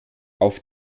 auf